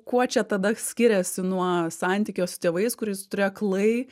kuo čia tada skiriasi nuo santykio su tėvais kuriais turi aklai